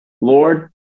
Lord